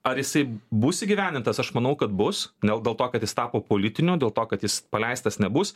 ar jisai bus įgyvendintas aš manau kad bus gal dėl to kad jis tapo politiniu dėl to kad jis paleistas nebus